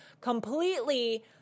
completely